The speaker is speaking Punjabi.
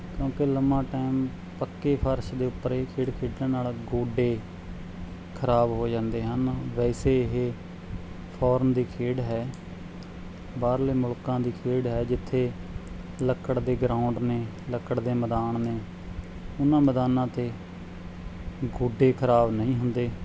ਕਿਉਂਕਿ ਲੰਮਾ ਟਾਈਮ ਪੱਕੇ ਫਰਸ਼ ਦੇ ਉੱਪਰ ਇਹ ਖੇਡ ਖੇਡਣ ਨਾਲ ਗੋਡੇ ਖਰਾਬ ਹੋ ਜਾਂਦੇ ਹਨ ਵੈਸੇ ਇਹ ਫੋਰਨ ਦੀ ਖੇਡ ਹੈ ਬਾਹਰਲੇ ਮੁਲਕਾਂ ਦੀ ਖੇਡ ਹੈ ਜਿੱਥੇ ਲੱਕੜ ਦੇ ਗਰਾਊਂਡ ਨੇ ਲੱਕੜ ਦੇ ਮੈਦਾਨ ਨੇ ਉਹਨਾਂ ਮੈਦਾਨਾਂ 'ਤੇ ਗੋਡੇ ਖਰਾਬ ਨਹੀਂ ਹੁੰਦੇ